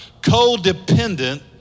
codependent